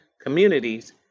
communities